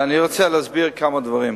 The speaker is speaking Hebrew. אני רוצה להסביר כמה דברים.